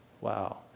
Wow